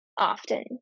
often